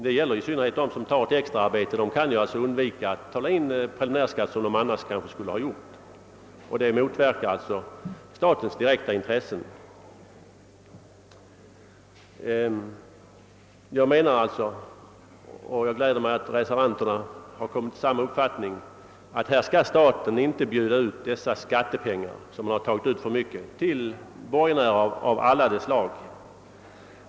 Det gäller i synnerhet dem som tar ett extraarbete och som alltså undviker att betala in preliminärskatt, vilket de kanske inte skulle ha gjort om bestämmelserna hade varit annorlunda. Man motverkar sålunda statens direkta intressen. Jag anser — och jag gläder mig åt att reservanterna kommit till samma uppfattning — att staten inte skall bjuda ut dessa överskjutande skattepengar till borgenärer av alla slag.